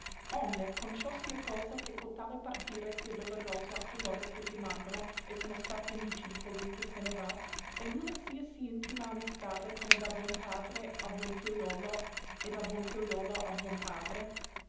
onde con ciò sia cosa che cotale partire sia doloroso a coloro che rimangono e sono stati amici di colui che se ne va e nulla sia sì intima amistade come da buon padre a buon figliuolo e da buon figliuolo a buon padre